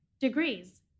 degrees